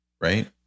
right